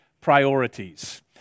priorities